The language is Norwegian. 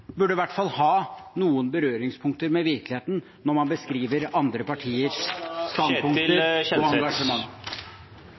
hvert fall ha noen berøringspunkter med virkeligheten når man beskriver andre partiers